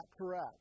correct